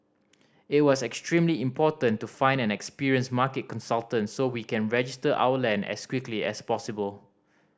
it was extremely important to find an experienced market consultant so we can register our land as quickly as possible